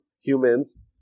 humans